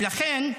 ולכן,